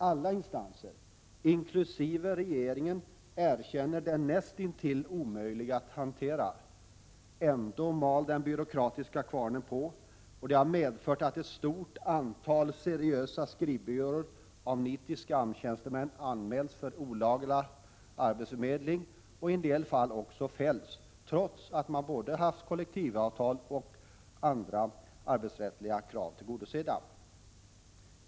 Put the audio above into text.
Alla instanser, inkl. regeringen, erkänner att den är näst intill omöjlig att hantera. Ändå mal den byråkratiska kvarnen på. Detta har medfört bl.a. att ett stort antal seriösa skrivbyråer av nitiska AMS-tjänstemän har anmälts för olaga arbetsförmedling och i en del fall också fällts i domstol, trots att man både haft kollektivavtal och tillgodosett alla arbetsrättsliga krav.